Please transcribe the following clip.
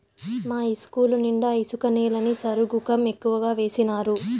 మా ఇస్కూలు నిండా ఇసుక నేలని సరుగుకం ఎక్కువగా వేసినారు